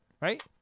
right